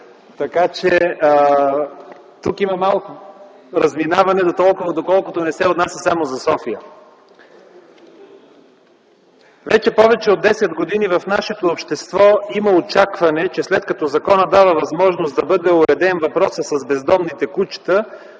за Вас. Тук има малко разминаване дотолкова, доколкото въпросът не се отнася само за София. Вече повече от десет години в нашето общество има очакване, че след като законът дава възможност да бъде уреден въпросът с бездомните кучета,